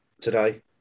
today